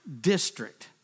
district